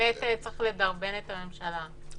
צריך לדרבן את הממשלה.